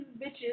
bitches